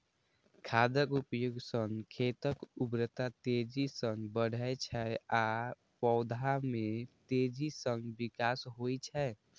खादक उपयोग सं खेतक उर्वरता तेजी सं बढ़ै छै आ पौधा मे तेजी सं विकास होइ छै